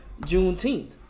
Juneteenth